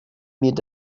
mit